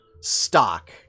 stock